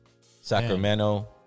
Sacramento